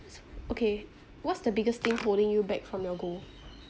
okay what's the biggest thing holding you back from your goal